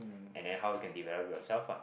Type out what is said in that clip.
and then how you can develop yourself ah